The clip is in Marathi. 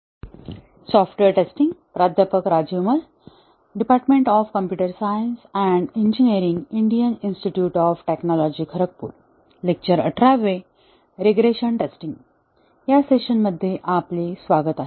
या सेशनमध्ये आपले स्वागत आहे